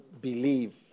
believe